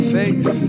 faith